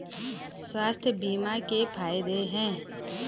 स्वास्थ्य बीमा के फायदे हैं?